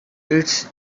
its